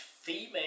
female